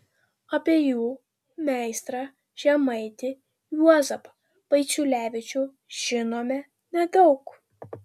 apie jų meistrą žemaitį juozapą vaiciulevičių žinome nedaug